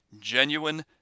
genuine